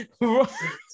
right